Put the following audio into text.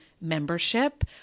membership